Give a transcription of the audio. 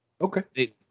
Okay